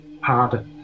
harder